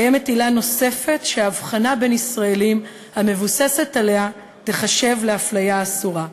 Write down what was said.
קיימת עילה נוספת שההבחנה בין ישראלים המבוססת עליה תיחשב לאפליה אסורה.